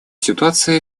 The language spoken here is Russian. ситуации